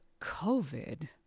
COVID